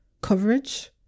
coverage